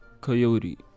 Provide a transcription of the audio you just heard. Coyote